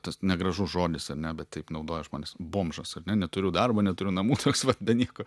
tas negražus žodis ar ne bet taip naudoja žmonės bomžas ar ne neturiu darbo neturiu namų toks va be nieko